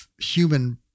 human